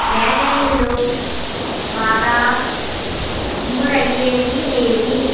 బేకరీలో బాగా అమ్ముడయ్యేవి ఏవి